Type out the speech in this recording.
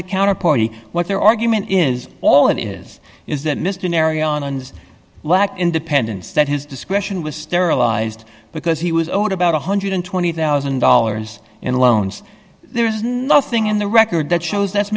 the counterparty what their argument is all it is is that mr narry on this lack independence that his discretion was sterilized because he was owed about one hundred and twenty thousand dollars in loans there is nothing in the record that shows that